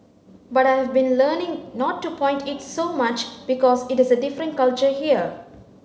but I have been learning not to point it so much because it is a different culture here